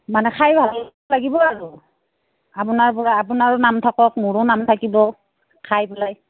মানে খাই ভাল লাগিব আৰু আপোনাৰ পৰা আপোনাৰো নাম থাকক মোৰো নাম থাকিব খাই পেলাই